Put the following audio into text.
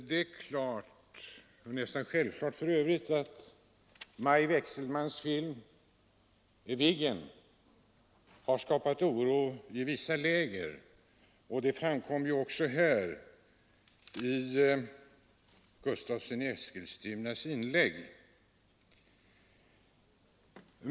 Herr talman! Det är nästan självklart att Maj Wechselmanns film Viggen har skapat oro i vissa läger. Det framgick också av herr Gustavssons i Eskilstuna inlägg.